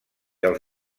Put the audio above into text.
els